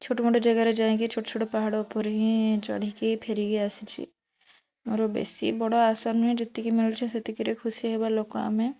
ଛୋଟମୋଟ ଜେଗାରେ ଯାଇଁକି ଛୋଟ ଛୋଟ ପାହାଡ଼ ଉପରେ ହିଁ ଚଢ଼ିକି ଫେରିକି ଆସିଛି ମୋର ବେଶି ବଡ଼ ଆଶା ନୁହେଁ ଯେତିକି ମିଳୁଛି ସେତିକିରେ ଖୁସି ହେବା ଲୋକ ଆମେ